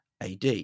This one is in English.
AD